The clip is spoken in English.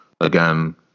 again